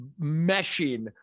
meshing